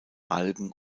algen